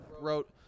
wrote